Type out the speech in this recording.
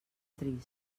trist